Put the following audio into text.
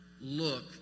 look